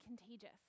contagious